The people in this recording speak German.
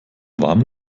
warmen